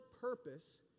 purpose